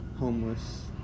homeless